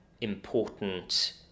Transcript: important